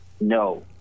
No